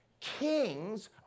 kings